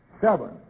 Seven